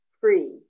Free